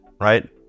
Right